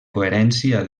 coherència